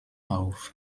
auf